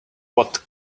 what